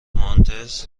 مانتس